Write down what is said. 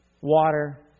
water